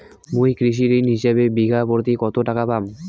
মুই কৃষি ঋণ হিসাবে বিঘা প্রতি কতো টাকা পাম?